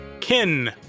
Kin